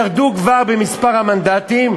הם ירדו כבר במספר המנדטים,